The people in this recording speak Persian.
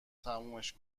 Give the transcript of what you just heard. تمومش